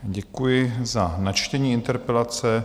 Děkuji za načtení interpelace.